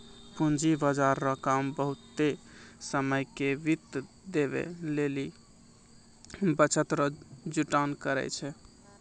पूंजी बाजार रो काम बहुते समय के वित्त देवै लेली बचत रो जुटान करै छै